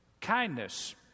kindness